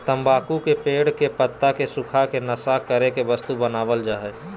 तम्बाकू के पेड़ के पत्ता के सुखा के नशा करे के वस्तु बनाल जा हइ